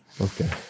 okay